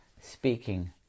speaking